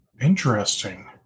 Interesting